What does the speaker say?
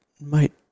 mate